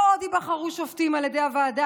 לא עוד ייבחרו שופטים על ידי הוועדה